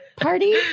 party